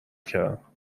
کردم